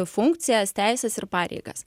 funkcijas teises ir pareigas